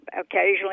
Occasionally